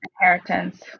Inheritance